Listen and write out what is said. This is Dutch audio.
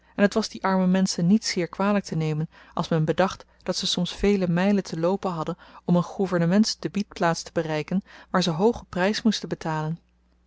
en t was die arme menschen niet zeer kwalyk te nemen als men bedacht dat ze soms vele mylen te loopen hadden om n gouvernements debietplaats te bereiken waar ze hoogen prys moesten betalen